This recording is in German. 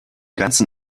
ganzen